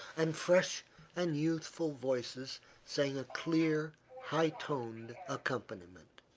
and fresh and youthful voices sang a clear, high toned accompaniment.